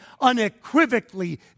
unequivocally